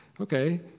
okay